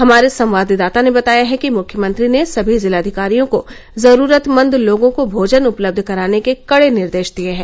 हमारे संवाददाता ने बताया है कि मुख्यमंत्री ने सभी जिला अधिकारियों को जरूरतमंद लोगों को भोजन उपलब्ध कराने के कडे निर्देश दिये हैं